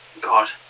God